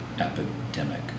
epidemic